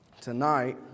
Tonight